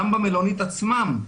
גם במלונית עצמה,